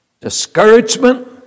discouragement